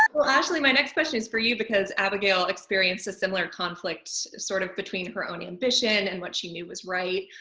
well, ashley, my next question is for you. because abigail experienced a similar conflict sort of between her own ambition and what she knew was right.